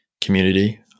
community